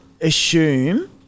assume